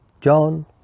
John